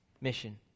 mission